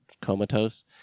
comatose